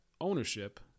ownership